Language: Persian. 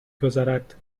گذرد